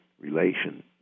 relation